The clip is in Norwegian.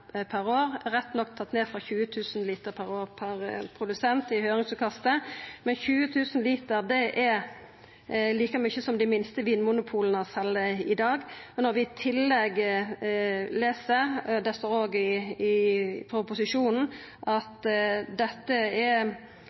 per år, rett nok tatt ned frå 20 000 liter per produsent per år i høyringsutkastet. Men 20 000 liter er like mykje som dei minste vinmonopola sel i dag. Når vi i tillegg les, det står òg i proposisjonen, at dette er